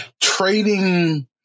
trading